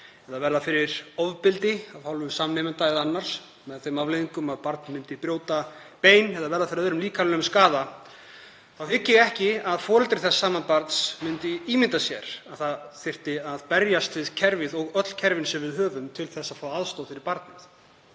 eða yrði fyrir ofbeldi af hálfu samnemenda eða annars með þeim afleiðingum að barnið bryti bein eða yrði fyrir öðrum líkamlegum skaða þá hygg ég ekki að foreldri þess sama barns myndi ímynda sér að það þyrfti að berjast við kerfið og öll kerfin sem við höfum til að fá aðstoð fyrir barnið.